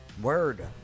Word